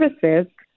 services